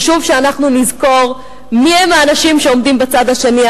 חשוב שאנחנו נזכור מיהם האנשים שעומדים בצד השני,